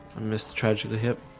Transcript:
missed the treasure of the hip